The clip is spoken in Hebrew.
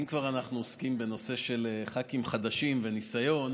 אם כבר אנחנו עוסקים בנושא של ח"כים חדשים וניסיון,